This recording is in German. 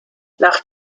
nach